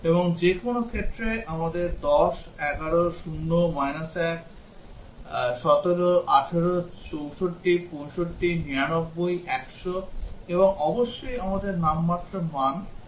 এবং যে কোনও ক্ষেত্রে আমাদের 11 12 0 1 17 18 64 65 99 100 এবং অবশ্যই আমাদের নামমাত্র মান বিবেচনা করতে হবে